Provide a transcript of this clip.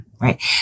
Right